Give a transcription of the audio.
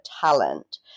talent